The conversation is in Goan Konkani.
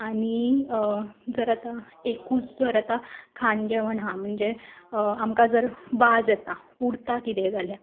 आनी जर आतां एकूच जर आतां खाण जेवण आसा म्हणजे आमकां जर वाज येता उरता कितें जाल्यार